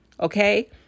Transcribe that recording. Okay